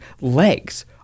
legs